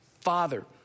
Father